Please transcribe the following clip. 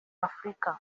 afrika